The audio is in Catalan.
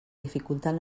dificulten